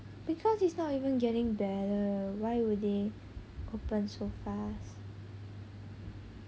because it's not even getting better why would they open so fast it's